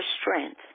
strength